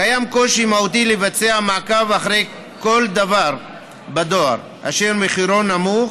קיים קושי מהותי לבצע מעקב אחר כל דבר דואר אשר מחירו נמוך.